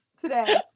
today